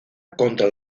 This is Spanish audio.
contra